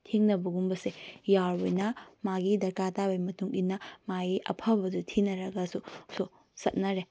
ꯊꯦꯡꯅꯕꯒꯨꯝꯕꯁꯦ ꯌꯥꯎꯔꯕꯅꯤꯅ ꯃꯥꯒꯤ ꯗꯔꯀꯥꯔ ꯇꯥꯕꯒꯤ ꯃꯇꯨꯡ ꯏꯟꯅ ꯃꯥꯒꯤ ꯑꯐꯕꯗꯣ ꯊꯤꯅꯔꯒꯁꯨ ꯆꯠꯅꯔꯦ